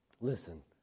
listen